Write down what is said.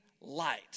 light